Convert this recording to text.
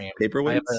Paperweights